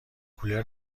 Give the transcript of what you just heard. کولر